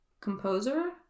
composer